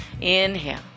Inhale